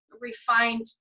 refined